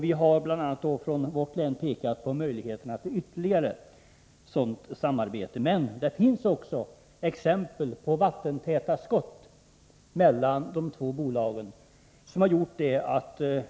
Vi har bl.a. från vårt län pekat på möjligheten till ytterligare sådant samarbete. Men det finns också exempel på att det är vattentäta skott mellan de två bolagen.